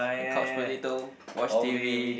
a couch potato watch t_v